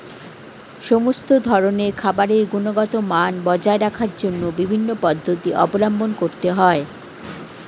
সমস্ত ধরনের খাবারের গুণগত মান বজায় রাখার জন্য বিভিন্ন পদ্ধতি অবলম্বন করতে হয়